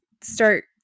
start